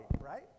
right